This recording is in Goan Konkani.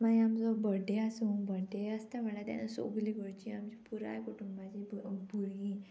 मागीर आमचो बर्थ डे आसूं बर्थ डे आसता म्हणल्यार तेन्ना सोगली घरची आमची पुराय कुटुंबाची भुरगीं